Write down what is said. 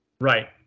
Right